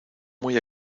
muy